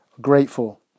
grateful